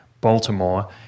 Baltimore